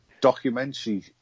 documentary